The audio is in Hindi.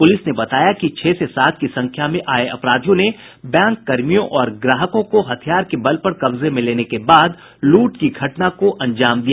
पुलिस ने बताया कि छह से सात की संख्या में आये अपराधियों ने बैंककर्मियों और ग्राहकों को हथियार के बल पर कब्जे में लेने के बाद लूट की घटना को अंजाम दिया